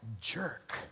jerk